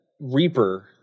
Reaper